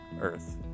earth